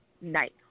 night